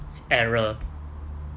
error